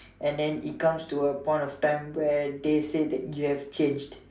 and then it comes to a point of time where they say that you have changed